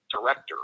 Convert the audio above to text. director